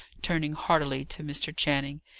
turning heartily to mr. channing.